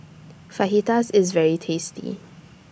Fajitas IS very tasty